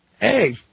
hey –